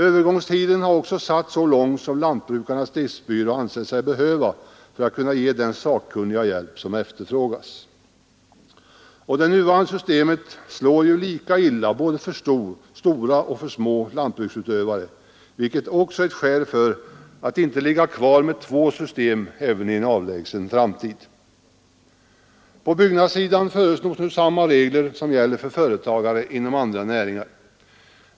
Övergångstiden har också satts så lång som Lantbrukarnas riksförbunds driftsbyrå ansett sig behöva för att kunna ge den sakkunniga hjälp som efterfrågas. Och det nuvarande systemet slår ju lika illa både för små och stora lantbruksutövare, vilket också är ett skäl för att inte ligga kvar med två system även i en avlägsen framtid. På byggnadssidan föreslås nu samma regler som gäller för företagare inom andra näringar.